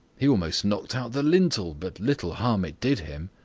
he almost knocked out the lintel, but little harm it did him.